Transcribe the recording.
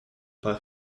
pas